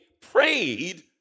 prayed